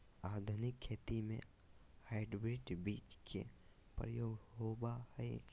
आधुनिक खेती में हाइब्रिड बीज के प्रयोग होबो हइ